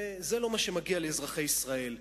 וזה לא מה שמגיע לאזרחי ישראל.